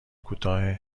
کوتاه